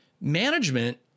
Management